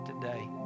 today